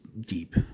deep